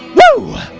woo!